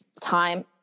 time